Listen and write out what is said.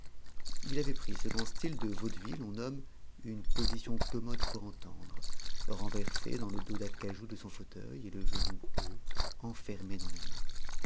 il avait pris ce qu'en style de vaudeville on nomme une position commode pour entendre renversé dans le dos d'acajou de son fauteuil et le genou haut enfermé dans les mains